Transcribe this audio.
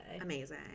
Amazing